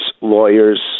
lawyer's